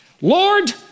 Lord